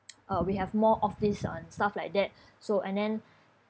uh we have more office and stuff like that so and then